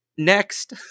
Next